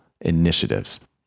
initiatives